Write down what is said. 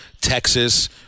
Texas